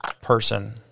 person